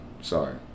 Sorry